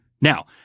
Now